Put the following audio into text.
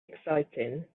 exciting